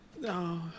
No